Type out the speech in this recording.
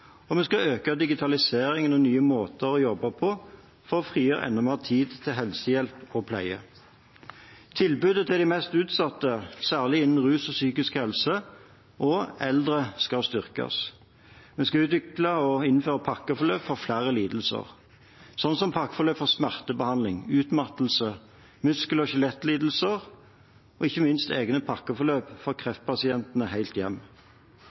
og vi skal øke digitaliseringen og nye måter å jobbe på for å frigjøre enda mer tid til helsehjelp og pleie. Tilbudet til de mest utsatte, særlig innen rus og psykisk helse og eldre, skal styrkes. Vi skal utvikle og innføre pakkeforløp for flere lidelser, slik som pakkeforløp for smertebehandling, utmattelse, muskel- og skjelettlidelser og ikke minst egne pakkeforløp for «kreftpasientene helt hjem».